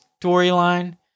storyline